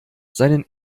seinen